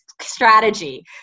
strategy